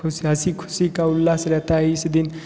खुश हंसी खुशी का उल्लास रहता है इस दिन